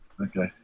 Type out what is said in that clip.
Okay